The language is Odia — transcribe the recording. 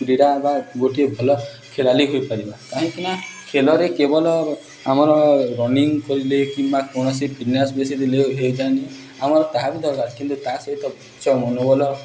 କ୍ରୀଡ଼ା ବା ଗୋଟିଏ ଭଲ ଖେଳାଳି ହୋଇପାରିବା କାହିଁକି ନା ଖେଲରେ କେବଲ ଆମର ରନିଂ କରିଲେ କିମ୍ବା କୌଣସି ଫିଟନେସ୍ ବେଶୀ ଦେଲେ ହୋଇଥାଏନି ଆମର ତାହା ବି ଦରକାର କିନ୍ତୁ ତା' ସହିତ ସ୍ଵଛ ମନୋବଲ